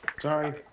Sorry